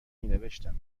مینوشتم